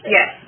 Yes